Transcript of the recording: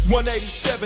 187